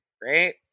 great